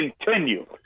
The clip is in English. continue